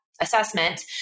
assessment